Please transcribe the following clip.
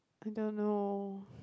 I don't know